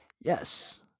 Yes